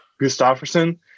Gustafsson